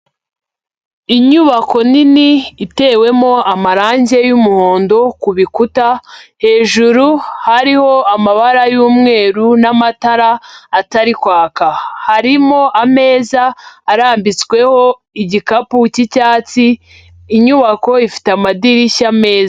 Inyubako nini itewemo amarangi y'umuhondo ku bikuta, hejuru hariho amabara y'umweru n'amatara atari kwaka. Harimo ameza arambitsweho igikapu cy'icyatsi, inyubako ifite amadirishya meza.